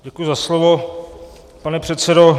Děkuji za slovo, pane předsedo.